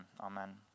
Amen